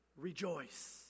rejoice